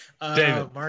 David